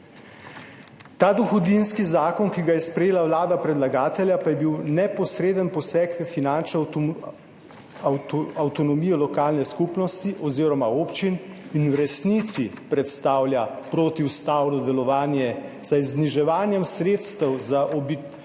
Ta dohodninski zakon, ki ga je sprejela vlada predlagatelja, pa je bil neposreden poseg v finančno avtonomijo lokalne skupnosti oziroma občin in v resnici predstavlja protiustavno delovanje, saj z zniževanjem sredstev za občine